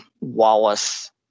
Wallace